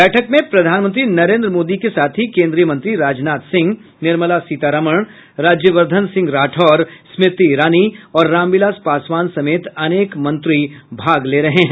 बैठक में प्रधानमंत्री नरेन्द्र मोदी के साथ ही केन्द्रीय मंत्री राजनाथ सिंह निर्मला सीतारामन राज्यवर्द्धन सिंह राठौड़ स्मृति ईरानी और रामविलास पासवान समेत अनेक मंत्री भाग ले रहे हैं